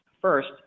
First